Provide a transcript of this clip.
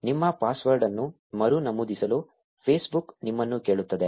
ನಿಮ್ಮ ಪಾಸ್ವರ್ಡ್ ಅನ್ನು ಮರು ನಮೂದಿಸಲು ಫೇಸ್ಬುಕ್ ನಿಮ್ಮನ್ನು ಕೇಳುತ್ತದೆ